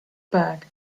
bag